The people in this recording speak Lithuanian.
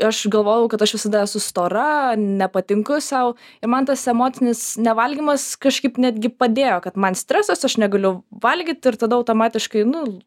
aš galvojau kad aš visada esu stora nepatinku sau ir man tas emocinis nevalgymas kažkaip netgi padėjo kad man stresas aš negaliu valgyti ir tada automatiškai nu